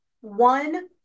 one